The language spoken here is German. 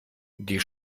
die